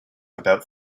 about